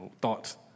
thoughts